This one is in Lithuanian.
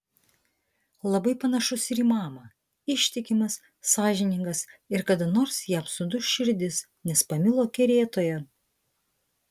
labai panašus ir į mamą ištikimas sąžiningas ir kada nors jam suduš širdis nes pamilo kerėtoją